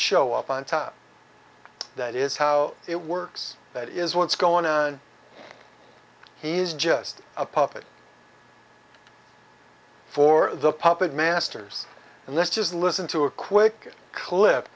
top that is how it works that is what's going on he's just a puppet for the puppet masters and let's just listen to a quick clip